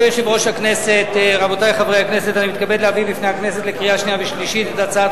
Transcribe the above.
אני קובע שהצעת